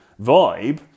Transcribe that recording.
vibe